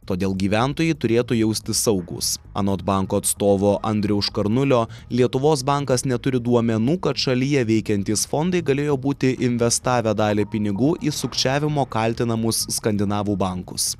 todėl gyventojai turėtų jaustis saugūs anot banko atstovo andriaus škarnulio lietuvos bankas neturi duomenų kad šalyje veikiantys fondai galėjo būti investavę dalį pinigų į sukčiavimu kaltinamus skandinavų bankus